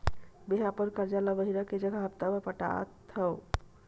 मेंहा अपन कर्जा ला महीना के जगह हप्ता मा पटात हव